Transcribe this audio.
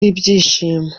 w’ibyishimo